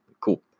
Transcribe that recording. cool